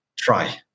Try